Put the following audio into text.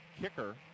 kicker